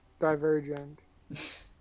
divergent